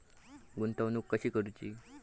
गुंतवणूक कशी करूची?